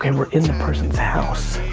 and we're in the person's house,